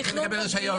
הוא צריך לקבל רישיון.